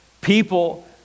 people